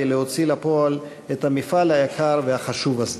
להוציא לפועל את המפעל היקר והחשוב הזה.